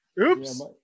oops